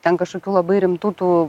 ten kažkokių labai rimtų tų